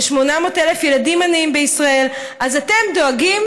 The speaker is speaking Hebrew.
ל-800,000 ילדים עניים בישראל אז אתם דואגים